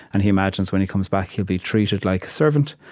and he imagines when he comes back, he'll be treated like a servant,